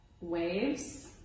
waves